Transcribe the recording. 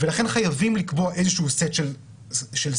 ולכן חייבים לקבוע איזשהו סט של סדר,